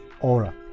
Aura